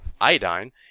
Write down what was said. iodine